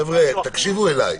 חבר'ה, תקשיבו אליי.